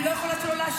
אני לא יכולה שלא להשיב.